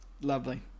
Lovely